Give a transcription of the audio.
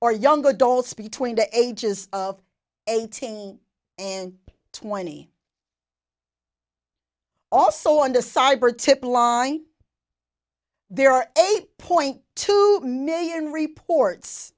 or young adults between the ages of eighteen and twenty also under cyber tip line there are eight point two million reports